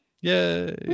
Yay